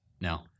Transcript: No